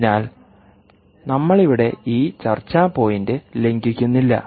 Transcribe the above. അതിനാൽ നമ്മൾ ഇവിടെ ഈ ചർച്ചാ പോയിന്റ് ലംഘിക്കുന്നില്ല